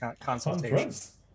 consultations